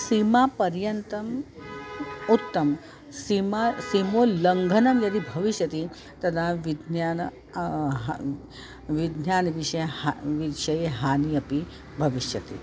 सीमापर्यन्तम् उत्तमा सीमा सीमोलङ्घनं यदि भविष्यति तदा विज्ञानं ह विज्ञानविषये ह विषये हानिः अपि भविष्यति